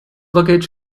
luggage